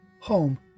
home